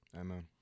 Amen